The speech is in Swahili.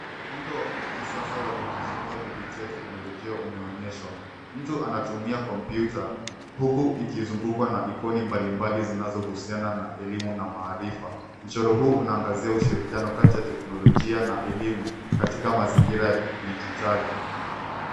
Muundo wa kisasa wa kujifunza kupitia teknolojia umeonyeshwa. Mtu anatumia kompyuta huku ikizungukwa ikoni mbalimbali zinazohusiana na elimu na maarifa. Mchoro huu unaangazia ushirikiano kati ya teknolojia na elimu katika mazingira ya kidijitali.